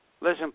listen